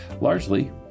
largely